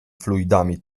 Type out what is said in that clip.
fluidami